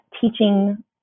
teaching